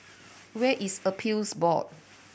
where is Appeals Board